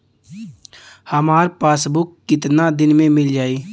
हमार पासबुक कितना दिन में मील जाई?